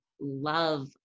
love